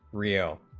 real